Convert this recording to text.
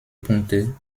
punkte